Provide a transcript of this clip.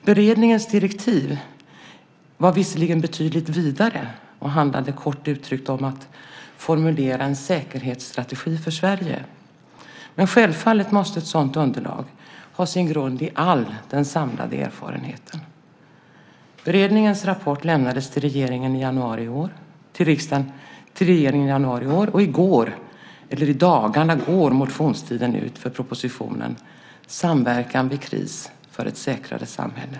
Beredningens direktiv var visserligen betydligt vidare och handlade kort uttryckt om att formulera en säkerhetsstrategi för Sverige, men självfallet måste ett sådant underlag ha sin grund i all den samlade erfarenheten. Beredningens rapport lämnades till regeringen i januari i år, och i dagarna går motionstiden ut för propositionen Samverkan vid kris - för ett säkrare samhälle .